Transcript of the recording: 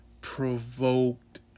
provoked